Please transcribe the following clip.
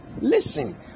listen